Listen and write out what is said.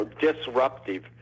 disruptive